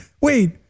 wait